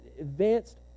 advanced